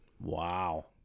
Wow